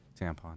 tampon